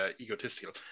egotistical